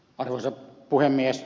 arvoisa puhemies